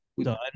done